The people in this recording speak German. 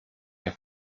der